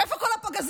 איפה כל הפגזים?